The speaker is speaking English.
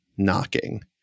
knocking